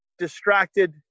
Distracted